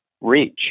reach